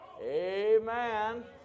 Amen